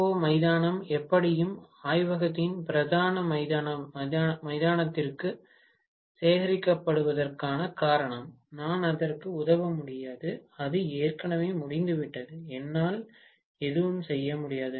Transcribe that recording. ஓ மைதானம் எப்படியும் ஆய்வகத்தின் பிரதான மைதானத்திற்கு சேகரிக்கப்படுவதற்கான காரணம் நான் அதற்கு உதவ முடியாது அது ஏற்கனவே முடிந்துவிட்டது என்னால் எதுவும் செய்ய முடியாது